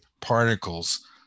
particles